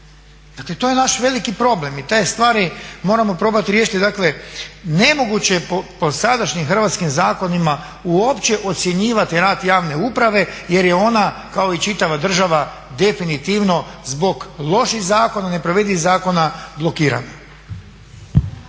Dakle to je naš veliki problem i te stvari moramo probati riješiti. Dakle nemoguće je po sadašnjim hrvatskim zakonima uopće ocjenjivati rad javne uprave jer je ona kao i čitava država definitivno zbog loših zakona, neprovedivih zakona blokirana.